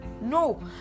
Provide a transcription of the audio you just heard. no